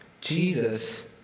Jesus